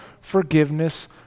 forgiveness